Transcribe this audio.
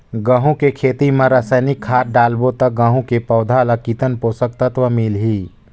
गंहू के खेती मां रसायनिक खाद डालबो ता गंहू के पौधा ला कितन पोषक तत्व मिलही?